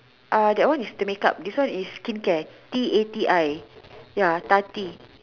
uh that one is to make up this one is skincare T A T I ya Tati